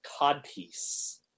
Codpiece